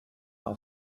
auf